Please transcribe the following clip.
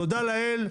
תודה לאל,